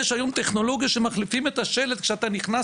יש היום טכנולוגיה שמחליפים את השלט כשאתה נכנס,